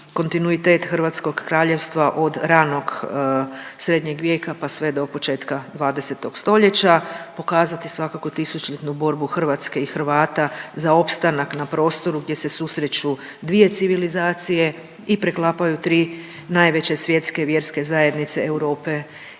kontinuitet hrvatskog kraljevstva od ranog srednjeg vijeka pa sve do početka 20 stoljeća, pokazati svakako tisućljetnu borbu Hrvatske i Hrvata za opstanak na prostoru gdje se susreću dvije civilizacije i preklapaju tri najveće svjetske vjerske zajednice Europe i srednje